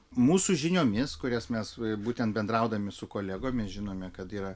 mūsų žiniomis kurias mes būtent bendraudami su kolegomis žinome kad yra